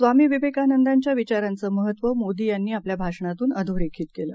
स्वामीविवेकानंदांच्याविचारांचंमहत्त्वमोदी यांनी आपल्याभाषणातूनअधोरेखितकेलं